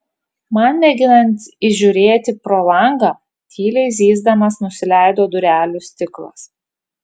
man mėginant įžiūrėti pro langą tyliai zyzdamas nusileido durelių stiklas